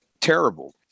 terrible